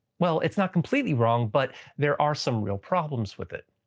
well, it's not completely wrong but there are some real problems with it.